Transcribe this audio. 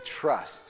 trust